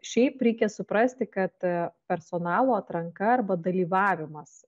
šiaip reikia suprasti kad personalo atranka arba dalyvavimas